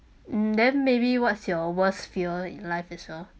mm then maybe what's your worst fear in life as well